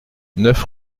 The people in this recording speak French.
neuf